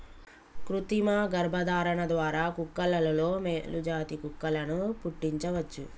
కృతిమ గర్భధారణ ద్వారా కుక్కలలో మేలు జాతి కుక్కలను పుట్టించవచ్చు